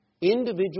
individual